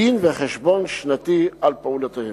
דין-וחשבון שנתי על פעולותיהם.